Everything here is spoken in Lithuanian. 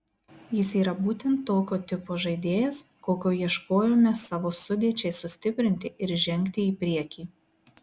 jis yra būtent tokio tipo žaidėjas kokio ieškojome savo sudėčiai sustiprinti ir žengti į priekį